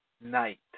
night